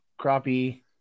crappie